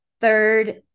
Third